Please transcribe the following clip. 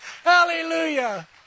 Hallelujah